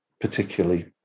particularly